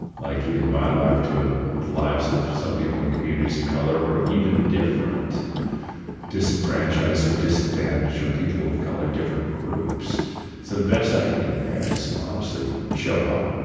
like, either my life to ah the lives of some people in communities of color or even different disenfranchised or disadvantaged or people of color different groups so the best i can do there is, honestly, show up,